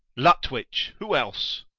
lutwyche a who else?